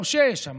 חושש,